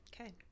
Okay